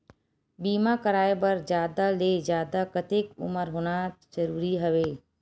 बीमा कराय बर जादा ले जादा कतेक उमर होना जरूरी हवय?